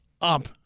up